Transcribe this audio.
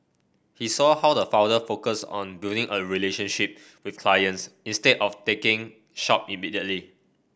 he saw how the founder focus on building a relationship with clients instead of taking shop immediately